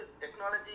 technology